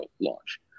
launch